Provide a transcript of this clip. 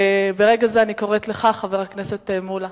ברגע זה אני קוראת לך, חבר הכנסת מולה,